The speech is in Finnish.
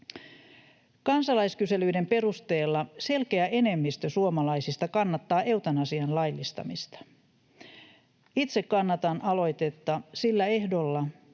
Kansalaiskyselyiden perusteella selkeä enemmistö suomalaisista kannattaa eutanasian laillistamista. Itse kannatan aloitetta sillä ehdolla,